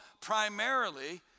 primarily